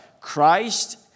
Christ